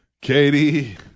Katie